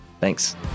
Thanks